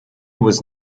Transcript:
was